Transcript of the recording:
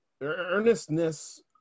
earnestness